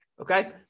Okay